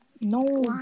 No